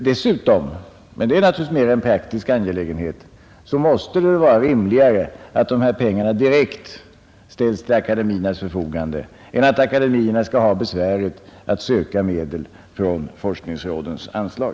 Dessutom — men det är naturligtvis mera en praktisk angelägenhet — måste det väl vara rimligare att dessa pengar direkt ställs till akademiernas förfogande än att akademierna skall ha besväret att söka medel ur forskningsrådens anslag.